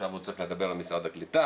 עכשיו הוא צריך לדבר עם משרד הקליטה,